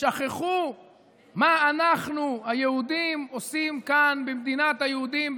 שכחו מה אנחנו היהודים עושים כאן במדינת היהודים,